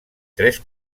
tres